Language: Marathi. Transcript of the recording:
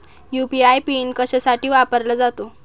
यू.पी.आय पिन कशासाठी वापरला जातो?